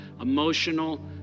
emotional